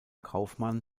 kaufmann